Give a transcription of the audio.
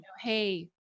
Hey